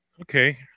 okay